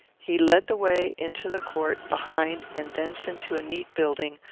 he led the way into the court behind and thence into a neat building,